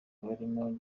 barimo